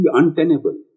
untenable